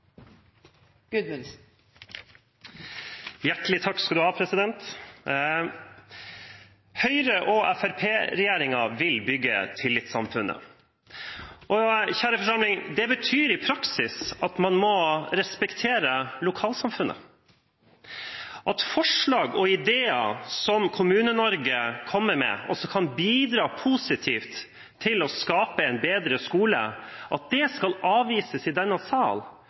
vil bygge tillitssamfunnet. Kjære forsamling, det betyr i praksis at man må respektere lokalsamfunnet. At forslag og ideer som Kommune-Norge kommer med, og som kan bidra positivt til å skape en bedre skole, at det skal avvises i denne